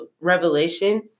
revelation